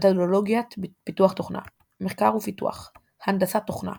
מתודולוגיית פיתוח תוכנה מחקר ופיתוח הנדסת תוכנה